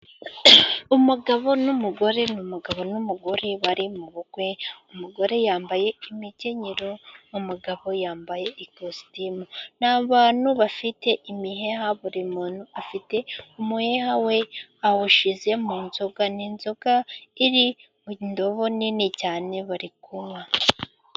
Umugabo n'umugore, ni umugabo n'umugore bari mu bukwe, umugore yambaye imikenyero, umugabo yambaye ikositimu. Ni abantu bafite imiheha, buri muntu afite umuheha we, awushize mu nzoga Ni inzoga iri mu ndobo nini cyane, bari kunywa.